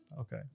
Okay